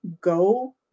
Go